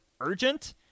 urgent